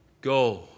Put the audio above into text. go